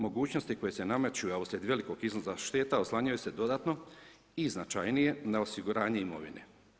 Mogućnosti koje se nameću a uslijed velikih iznosa šteta oslanjaju se dodatno i značajnije na osiguranje imovine.